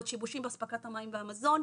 שיבושים באספקת המים והמזון,